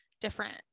different